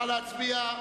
נא להצביע.